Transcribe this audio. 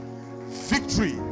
victory